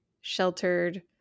sheltered